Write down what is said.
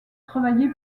travailler